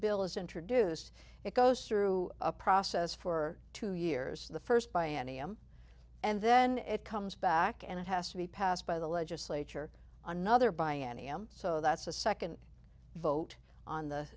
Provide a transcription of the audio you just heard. bill is introduced it goes through a process for two years the first by any am and then it comes back and it has to be passed by the legislature another by any m so that's a second vote on the